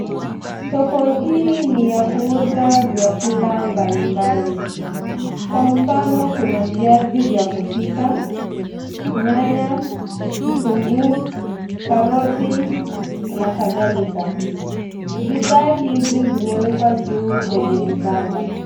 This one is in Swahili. Soko hii ni ya kuuza vyakula mbali mbali. Kwa mfano kuna: viazi vya kupika, nyanya, kitunguu, karoti na kadhalika. Bidhaa hizi zimewekwa juu kwenye vibanda.